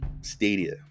stadia